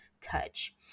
touch